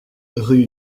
rue